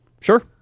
Sure